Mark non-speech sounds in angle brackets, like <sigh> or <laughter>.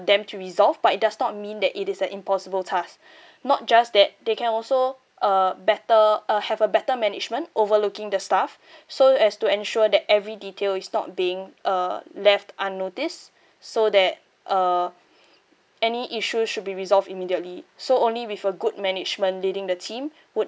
them to resolve but it does not mean that it is an impossible task <breath> not just that they can also uh better uh have a better management overlooking the staff <breath> so as to ensure that every detail is not being uh left unnoticed so that uh any issue should be resolved immediately so only with a good management leading the team would